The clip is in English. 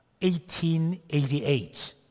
1888